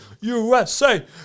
USA